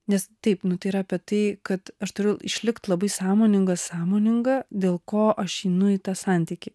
nes taip nu tai yra apie tai kad aš turiu išlikti labai sąmoningas sąmoninga dėl ko aš einu į tą santykį